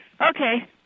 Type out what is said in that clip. Okay